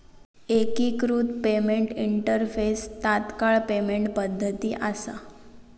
एकिकृत payment interface तात्काळ payment पद्धती असा